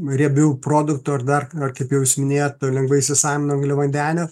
riebių produktų ar dar ar kaip jau jūs minėjot to lengvai įsisavina angliavandenio